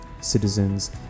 citizens